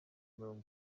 mirongo